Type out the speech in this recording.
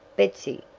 betsy,